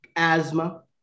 asthma